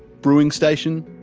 brewing station.